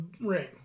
ring